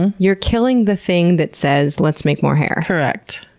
and you're killing the thing that says let's make more hair. correct.